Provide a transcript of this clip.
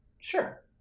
Sure